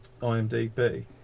IMDb